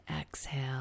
exhale